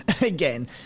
again